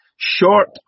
short